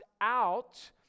out